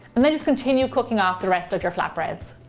and then just continue cooking off the rest of your flatbreads.